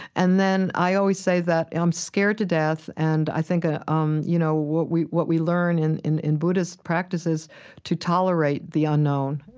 and then i always say that i'm scared to death and i think, ah um you know, what we what we learn in in buddhist practices to tolerate the unknown,